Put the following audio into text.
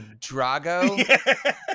Drago